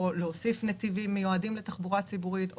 או להוסיף נתיבים מיועדים לתחבורה ציבורית,